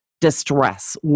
distress